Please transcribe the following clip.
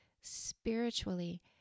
spiritually